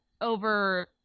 over